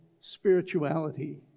spirituality